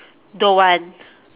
don't want